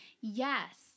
yes